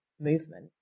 movement